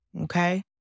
Okay